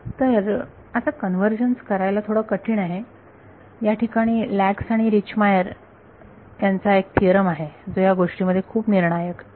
तर आता कन्वर्जन्स करायला थोडा कठीण आहे याठिकाणी लॅक्स आणि रिचमायर ह्यांचा एक थिअरम आहे जो ह्या गोष्टीं मध्ये खूप निर्णायक आहे